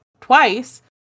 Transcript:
twice